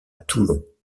toulon